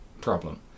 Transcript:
problem